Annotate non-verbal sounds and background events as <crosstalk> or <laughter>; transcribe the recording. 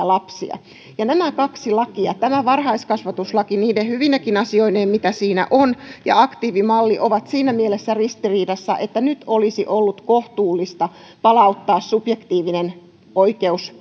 <unintelligible> lapsia nämä kaksi lakia tämä varhaiskasvatuslaki niine hyvinekin asioineen mitä siinä on ja aktiivimalli ovat siinä mielessä ristiriidassa että nyt olisi ollut kohtuullista palauttaa subjektiivinen oikeus <unintelligible>